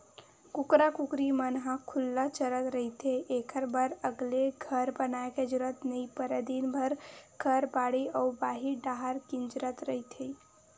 कुकरा कुकरी मन ह खुल्ला चरत रहिथे एखर बर अलगे घर बनाए के जरूरत नइ परय दिनभर घर, बाड़ी अउ बाहिर डाहर किंजरत रहिथे